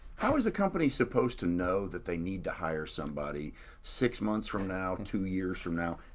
how is the company supposed to know that they need to hire somebody six months from now, two years from now,